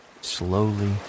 slowly